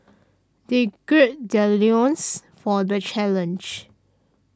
they gird their loins for the challenge